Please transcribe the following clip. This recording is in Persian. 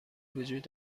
وجود